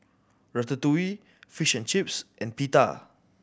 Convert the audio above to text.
Ratatouille Fish and Chips and Pita